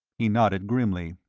he nodded grimly.